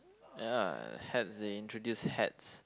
ya hats they introduce hats